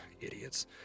Idiots